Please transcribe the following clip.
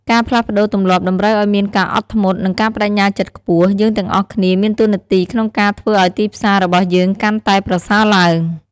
ការផ្លាស់ប្តូរទម្លាប់តម្រូវឲ្យមានការអត់ធ្មត់ និងការប្តេជ្ញាចិត្តខ្ពស់ យើងទាំងអស់គ្នាមានតួនាទីក្នុងការធ្វើឲ្យទីផ្សាររបស់យើងកាន់តែប្រសើរឡើង។